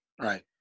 Right